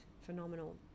phenomenal